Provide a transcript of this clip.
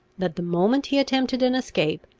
that the moment he attempted an escape,